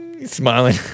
Smiling